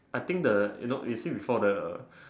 I think the you know you receive before the